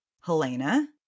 Helena